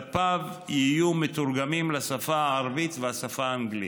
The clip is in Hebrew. דפיו יהיו מתורגמים לשפה הערבית והשפה האנגלית.